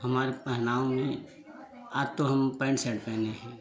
हमारे पहनावे में आज तो हम पैंट शर्ट पहने हैं